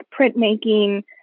printmaking